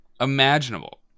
imaginable